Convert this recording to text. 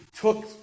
took